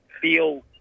feel